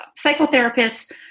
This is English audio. psychotherapists